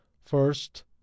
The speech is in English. First